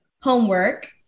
homework